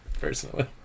personally